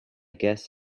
guess